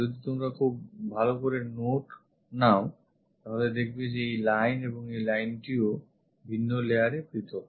যদি তোমরা খুব ভালো করে note নাও তাহলে দেখবে এই line এবং এই lineটিও ভিন্ন layerএ পৃথক